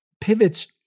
pivots